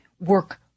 work